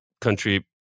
country